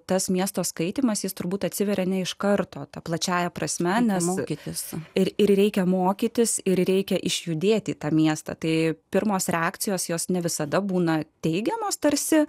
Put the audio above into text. tas miesto skaitymas jis turbūt atsiveria ne iš karto ta plačiąja prasme nes mokytis ir reikia mokytis ir reikia išjudėti tą miestą tai pirmos reakcijos jos ne visada būna teigiamos tarsi